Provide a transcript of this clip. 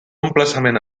emplaçament